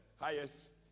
highest